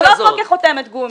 אנחנו לא פה כחותמת גומי.